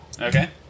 Okay